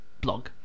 blog